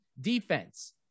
defense –